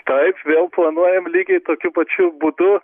taip vėl planuojam lygiai tokiu pačiu būdu